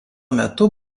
metu